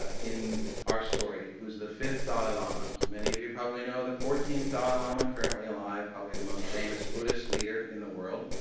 ah in our story, who's the fifth dalai lama. so many of you probably know the fourteenth dalai lama currently alive, probably the most famous buddhist leader in the world.